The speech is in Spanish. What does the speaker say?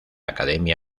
academia